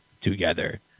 together